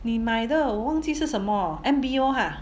你买的我忘记是什么 M_B_O ha